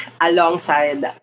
alongside